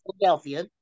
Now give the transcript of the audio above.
philadelphia